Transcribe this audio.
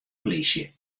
plysje